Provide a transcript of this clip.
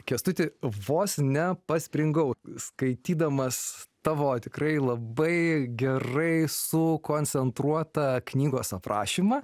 kęstuti vos nepaspringau skaitydamas tavo tikrai labai gerai sukoncentruotą knygos aprašymą